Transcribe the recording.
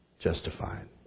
justified